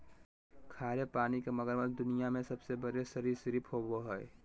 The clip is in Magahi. खारे पानी के मगरमच्छ दुनिया में सबसे बड़े सरीसृप होबो हइ